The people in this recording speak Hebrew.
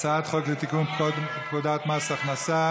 הצעת חוק לתיקון פקודת מס הכנסה?